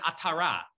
Atara